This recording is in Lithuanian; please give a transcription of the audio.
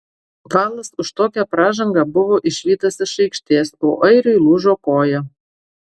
valas už tokią pražangą buvo išvytas iš aikštės o airiui lūžo koja